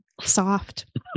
Soft